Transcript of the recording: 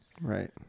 Right